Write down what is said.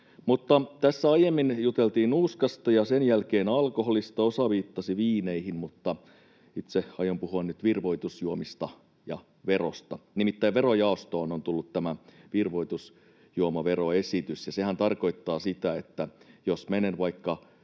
Tässä aiemmin juteltiin nuuskasta ja sen jälkeen alkoholista. Osa viittasi viineihin, mutta itse aion puhua nyt virvoitusjuomista ja verosta. Nimittäin verojaostoon on tullut tämä virvoitusjuomaveroesitys, ja sehän tarkoittaa sitä, että jos menen vaikka